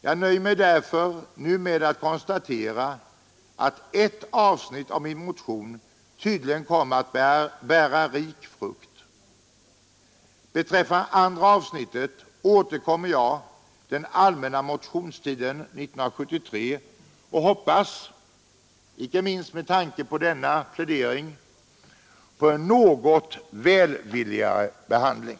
Jag nöjer mig därför nu med att konstatera att ett avsnitt av min motion tydligen kommer att bära rik frukt. Till det andra avsnittet återkommer jag under den allmänna motionstiden 1973 och hoppas, inte minst med tanke på denna plädering, på en något välvilligare behandling.